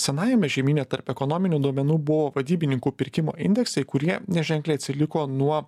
senajame žemyne tarp ekonominių duomenų buvo vadybininkų pirkimo indeksai kurie neženkliai atsiliko nuo